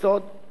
בין היתר,